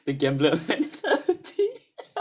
the gambler